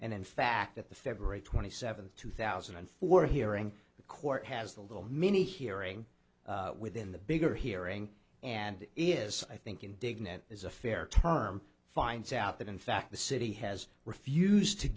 and in fact at the february twenty seventh two thousand and four hearing the court has the little mini hearing within the bigger hearing and it is i think indignant is a fair term finds out that in fact the city has refused to